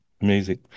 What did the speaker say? amazing